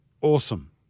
awesome